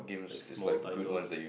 like small titles